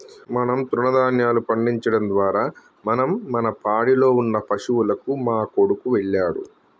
మనం తృణదాన్యాలు పండించడం ద్వారా మనం మన పాడిలో ఉన్న పశువులకు మా కొడుకు వెళ్ళాడు